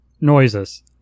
noises